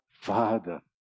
Father